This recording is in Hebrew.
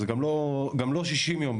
גם לא של 60 יום,